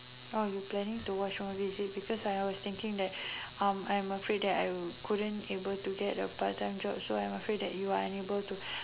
oh we planning to watch movie see because I was thinking that um I'm afraid that I couldn't able to get a part time job so I'm afraid that you are unable to